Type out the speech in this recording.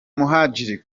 muhadjili